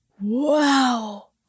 Wow